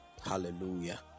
hallelujah